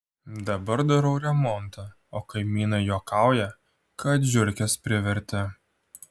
dabar darau remontą o kaimynai juokauja kad žiurkės privertė